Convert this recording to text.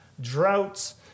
droughts